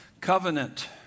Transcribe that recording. Covenant